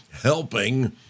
helping